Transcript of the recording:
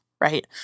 right